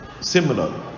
similar